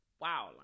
wow